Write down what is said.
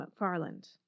McFarland